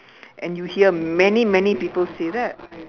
and you hear many many people say that